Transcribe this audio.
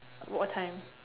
what time